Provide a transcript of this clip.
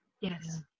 Yes